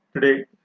Today